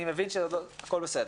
אני מבין שהכול בסדר.